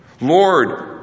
Lord